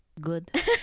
good